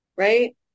Right